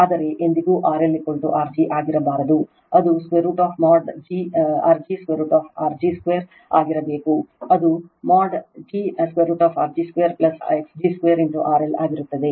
ಆದರೆ ಎಂದಿಗೂ RL R g ಆಗಿರಬಾರದು ಅದು√mod g √R g 2ಆಗಿರುತ್ತದೆ ಅದು modg √R g 2 x g 2 RL ಆಗಿರುತ್ತದೆ